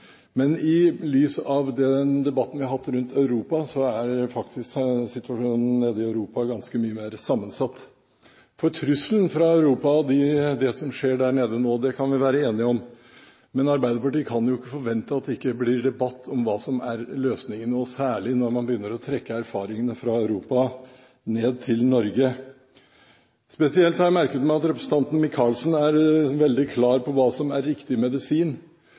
men Arbeiderpartiet kan ikke forvente at det ikke blir debatt om hva som er løsningen, og særlig ikke når man begynner å trekke erfaringene fra Europa opp til Norge. Spesielt har jeg merket meg at representanten Micaelsen er veldig klar på hva som er riktig medisin.